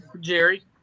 Jerry